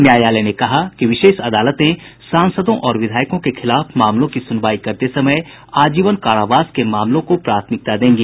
न्यायालय ने कहा कि विशेष अदालतें सांसदों और विधायकों के खिलाफ मामलों की सुनवाई करते समय आजीवन कारावास के मामलों को प्राथमिकता देंगी